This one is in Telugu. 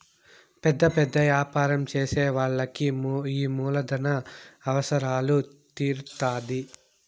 పెద్ద పెద్ద యాపారం చేసే వాళ్ళకి ఈ మూలధన అవసరాలు తీరుత్తాధి